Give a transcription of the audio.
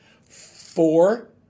four